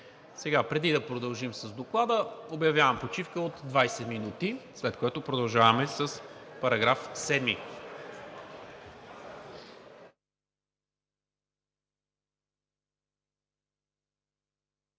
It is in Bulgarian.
прието. Преди да продължим с Доклада, обявявам почивка от 20 минути, след което продължаваме с § 7.